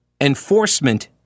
enforcement